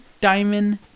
diamond